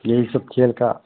यही सब खेल का